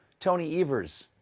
tony eavers.